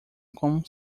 com